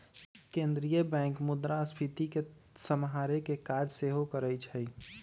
केंद्रीय बैंक मुद्रास्फीति के सम्हारे के काज सेहो करइ छइ